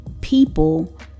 people